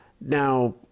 Now